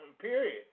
period